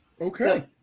okay